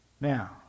Now